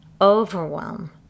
overwhelm